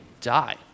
die